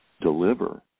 deliver